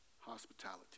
hospitality